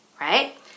right